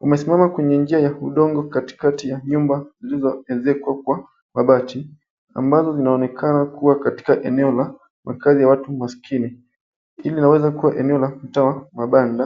Wamesimama kwenye njia ya udongo katikati ya nyumba zilizoezekwa kwa mabati,, ambazo zinaonekana kuwa katika eneo la makazi ya watu maskini. Hili linaweza kuwa eneo la mtaa wa mabanda.